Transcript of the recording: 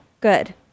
Good